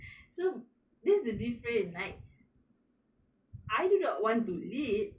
so that's the difference like I do not want to lead